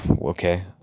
okay